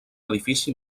edifici